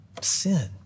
Sin